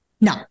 No